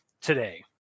today